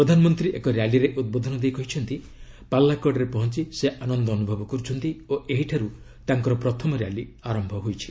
ପ୍ରଧାନମନ୍ତ୍ରୀ ଏକ ର୍ୟାଲିରେ ଉଦ୍ବୋଧନ ଦେଇ କହିଛନ୍ତି ପାଲାକଡରେ ପହଞ୍ଚ ସେ ଆନନ୍ଦ ଅନୁଭବ କରୁଛନ୍ତି ଓ ଏହିଠାରୁ ତାଙ୍କର ପ୍ରଥମ ର୍ୟାଲି ଆରମ୍ଭ ହୋଇଛି